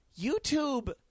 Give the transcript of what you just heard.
YouTube